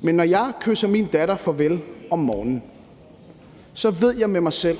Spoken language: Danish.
Men når jeg kysser min datter farvel om morgenen, ved jeg med mig selv,